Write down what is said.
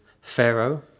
Pharaoh